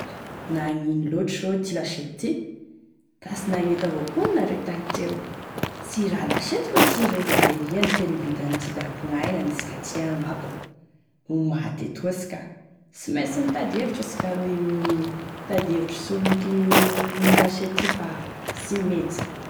Nagnino loatry rô ty lasiety ty, da sy nagnety avao koa anareo tagny teo, sy raha lasetiko an'ity rô fa da iendriko e nividy an'ity da ankognaia gnanisika ty agny abako, maty etoa asika, sy mainsy mitady hevitra asika roy, mi- mitady hevitra solon'ity lasiety ity fa sy mety za.